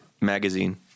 magazine